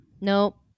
nope